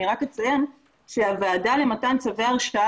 אני רק אציין שהוועדה למתן צווי הרשאה